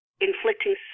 inflicting